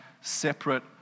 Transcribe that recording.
separate